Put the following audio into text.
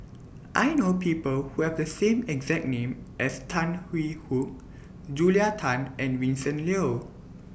I know People Who Have The same exact name as Tan Hwee Hock Julia Tan and Vincent Leow